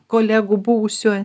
kolegų buvusių